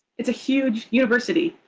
it's a huge university,